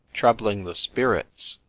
troubling the spirits,